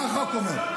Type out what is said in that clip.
מה החוק אומר?